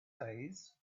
days